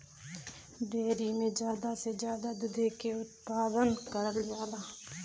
dairy में जादा से जादा दुधे के उत्पादन करल जाला